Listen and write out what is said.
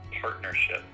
partnership